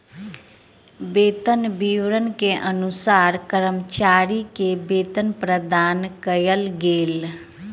वेतन विवरण के अनुसार कर्मचारी के वेतन प्रदान कयल गेल